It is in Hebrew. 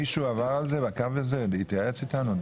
מישהו עבר על זה, התייעץ אתנו?